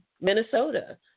Minnesota